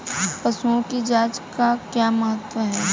पशुओं की जांच का क्या महत्व है?